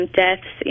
deaths